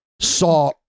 saw